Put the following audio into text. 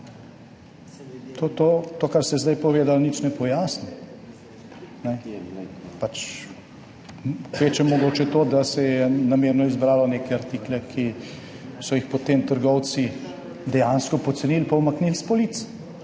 To, kar ste zdaj povedali, nič ne pojasni, kvečjemu mogoče to, da se je namerno izbralo neke artikle, ki so jih potem trgovci dejansko pocenili pa umaknili s polic,